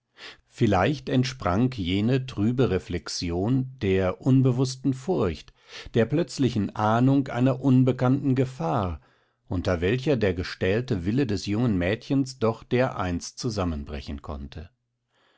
vielleicht entsprang jene trübe reflexion der unbewußten furcht der plötzlichen ahnung einer unbekannten gefahr unter welcher der gestählte wille des jungen mädchens doch dereinst zusammenbrechen konnte